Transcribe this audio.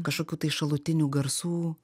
kažkokių tai šalutinių garsų